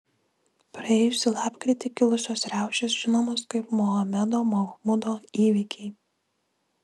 praėjusį lapkritį kilusios riaušės žinomos kaip mohamedo mahmudo įvykiai